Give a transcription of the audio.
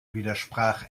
widersprach